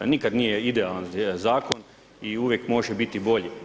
Nikad nije idealan zakon i uvijek može biti bolji.